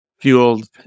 fueled